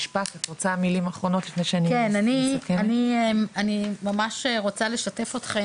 אבל אני יושבת פה ואני מתעצבנת.